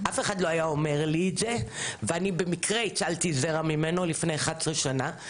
אף אחד לא היה אומר לי את זה ואני במקרה הצלתי זרע ממנו לפני 11 שנה.